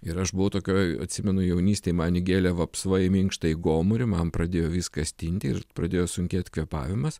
ir aš buvau tokioj atsimenu jaunystėj man įgėlė vapsva į minkštąjį gomurį man pradėjo viskas tinti ir pradėjo sunkėt kvėpavimas